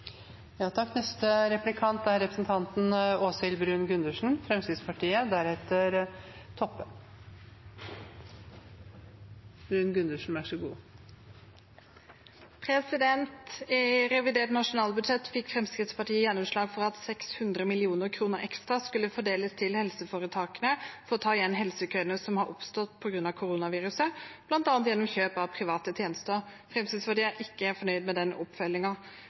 I revidert nasjonalbudsjett fikk Fremskrittspartiet gjennomslag for at 600 mill. kr ekstra skulle fordeles til helseforetakene for å ta igjen helsekøene som har oppstått på grunn av koronaviruset, bl.a. gjennom kjøp av private tjenester. Fremskrittspartiet er ikke fornøyd med den